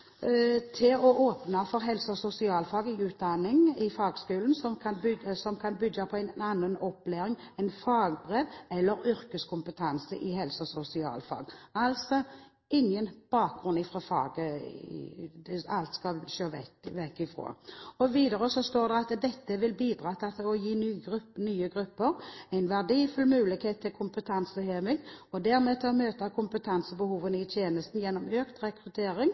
til å åpne for helse- og sosialfaglig utdanning i fagskolen som kan bygge på en annen opplæring enn fagbrev eller yrkeskompetanse i helse- og sosialfag – altså ingen bakgrunn fra faget, det skal en se vekk fra. Videre står det: «Dette vil kunne bidra til å gi nye grupper en verdifull mulighet til kompetanseheving og dermed til å møte kompetansebehovene i tjenestene gjennom økt rekruttering